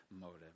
motive